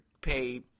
pay –